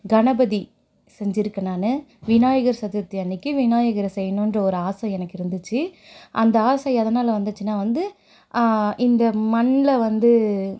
கணபதி செஞ்சிருக்கேன் நான் விநாயகர் சதுர்த்தி அன்றைக்கு விநாயகரை செய்யனுன்ட்டு ஒரு ஆசை எனக்கு இருந்துச்சு அந்த ஆசை எதனால் வந்துச்சுன்னா வந்து இந்த மண்ணில் வந்து